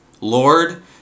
Lord